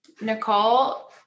Nicole